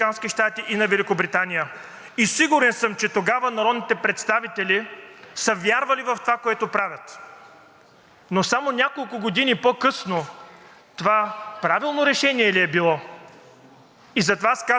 но само няколко години по-късно това правилно решение ли е било? Затова аз казвам, че трябва да сме много внимателни, когато обсъждаме мира и войната. От БСП още в предходното Народно събрание